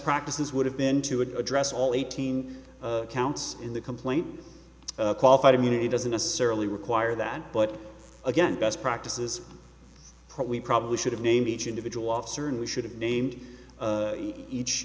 practices would have been to address all eighteen counts in the complaint qualified immunity doesn't necessarily require that but again best practices probably probably should have named each individual officer and we should have named each